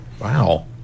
wow